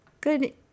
good